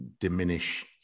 diminish